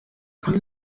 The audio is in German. kann